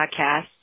podcast